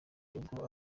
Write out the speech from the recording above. n’ubwo